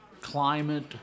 climate